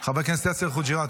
חבר הכנסת יאסר חוג'יראת,